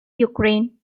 ukraine